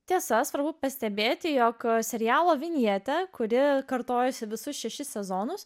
tiesa svarbu pastebėti jog serialo vinjetę kuri kartojosi visus šešis sezonus